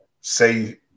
say